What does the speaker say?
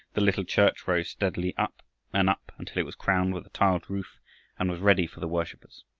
the little church rose steadily up and up until it was crowned with a tiled roof and was ready for the worshipers.